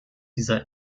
dieser